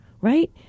right